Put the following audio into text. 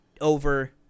over